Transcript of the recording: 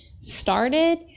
started